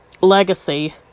legacy